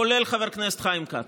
כולל חבר הכנסת חיים כץ.